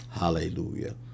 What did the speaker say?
Hallelujah